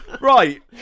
Right